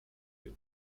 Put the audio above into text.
feel